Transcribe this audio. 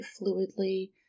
fluidly